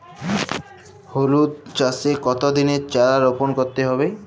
হলুদ চাষে কত দিনের চারা রোপন করতে হবে?